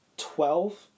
Twelve